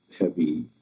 heavy